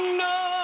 no